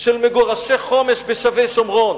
של מגורשי חומש בשבי-שומרון.